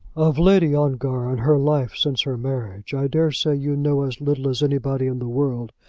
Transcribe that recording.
of lady ongar and her life since her marriage i daresay you know as little as anybody in the world,